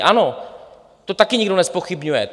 Ano, to také nikdo nezpochybňuje.